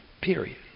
period